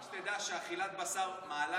רק שתדע שאכילת בשר מעלה את יוקר המחיה.